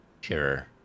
sure